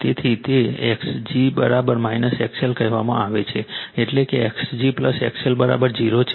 તેથી તે X g XL કહેવામાં આવે છે એટલે કે x g XL0 છે